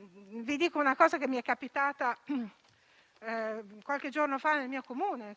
Vi dico una cosa che mi è capitata qualche giorno fa nel mio Comune.